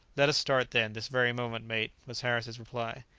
let us start, then, this very moment, mate, was harris's reply.